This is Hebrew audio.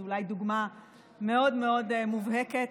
הם אולי דוגמה מאוד מאוד מובהקת.